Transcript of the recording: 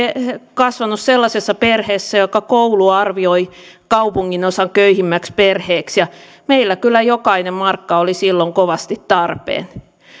kasvanut sellaisessa perheessä jonka koulu arvioi kaupunginosan köyhimmäksi perheeksi ja meillä kyllä jokainen markka oli silloin kovasti tarpeen